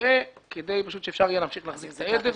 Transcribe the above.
המרעה כדי שאפשר יהיה להחזיק את העדר.